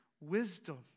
wisdom